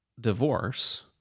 divorce